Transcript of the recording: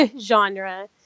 genre